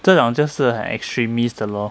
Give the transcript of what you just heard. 这种就是很 extremist 的 lor